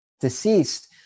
deceased